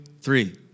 three